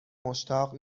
مشتاق